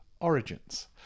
origins